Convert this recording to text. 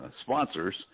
sponsors